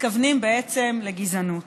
מתכוונים בעצם לגזענות,